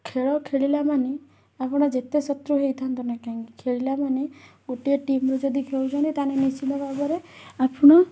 ଖେଳ ଖେଳିଲା ମାନେ ଆପଣ ଯେତେ ଶତ୍ରୁ ହୋଇଥାନ୍ତୁ ନା କାହିଁକି ଖେଳିଲା ମାନେ ଗୋଟିଏ ଟିମ୍ରୁ ଯଦି ଖେଳୁଛନ୍ତି ତା'ହେଲେ ନିଶ୍ଚିତ ଭାବରେ ଆପଣ